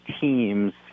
teams